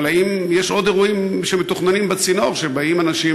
אבל האם יש עוד אירועים מתוכננים בצינור שבאים אנשים,